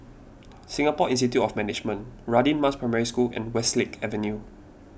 Singapore Institute of Management Radin Mas Primary School and Westlake Avenue